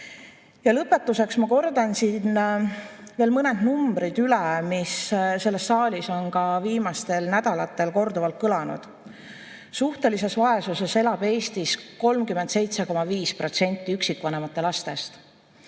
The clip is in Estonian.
Lõpetuseks ma kordan siin veel üle mõned numbrid, mis selles saalis on ka viimastel nädalatel korduvalt kõlanud. Suhtelises vaesuses elab Eestis 37,5% üksikvanemate lastest,